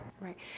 Right